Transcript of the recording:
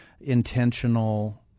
intentional